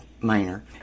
minor